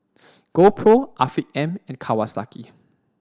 GoPro Afiq M and Kawasaki